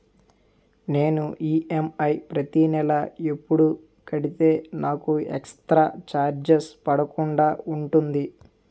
నేను ఈ.ఎమ్.ఐ ప్రతి నెల ఎపుడు కడితే నాకు ఎక్స్ స్త్ర చార్జెస్ పడకుండా ఉంటుంది?